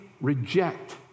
reject